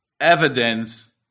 evidence